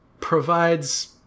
provides